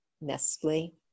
nestle